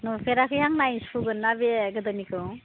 नुफेराखै आं नायनो सुखुगोन ना बे गोदोनिखौ